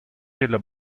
nella